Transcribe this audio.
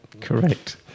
Correct